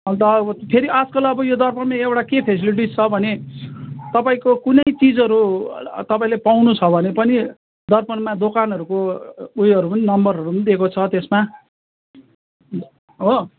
अन्त अब फेरि आजकल अब यो दर्पणले एउटा के फ्यासिलिटिज छ भने तपाईँको कुनै चिजहरू तपाईँले पाउनु छ भने पनि दर्पणमा दोकानहरूको ऊ योहरू नम्बरहरू पनि दिएको छ त्यसमा हो